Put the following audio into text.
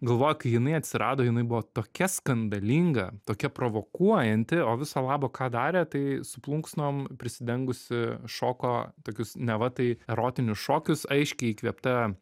galvoju kai jinai atsirado jinai buvo tokia skandalinga tokia provokuojanti o viso labo ką darė tai su plunksnom prisidengusi šoko tokius neva tai erotinius šokius aiškiai įkvėpta